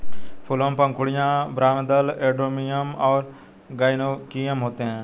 फूलों में पंखुड़ियाँ, बाह्यदल, एंड्रोमियम और गाइनोइकियम होते हैं